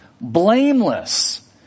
Blameless